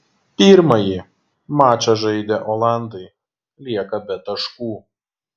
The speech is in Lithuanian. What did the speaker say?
pirmąjį mačą žaidę olandai lieka be taškų